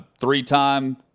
three-time